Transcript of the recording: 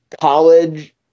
college